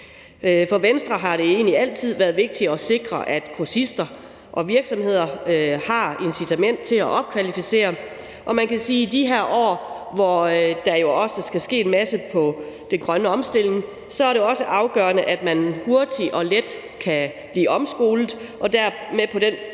For Venstre har det egentlig altid været vigtigt at sikre, at kursister og virksomheder har incitament til at opkvalificere. Og man kan sige, at i de her år, hvor der jo også skal ske en masse med den grønne omstilling, er det også afgørende, at man hurtigt og let kan blive omskolet